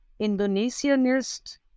Indonesianist